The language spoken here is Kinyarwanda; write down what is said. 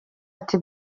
ati